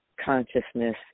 consciousness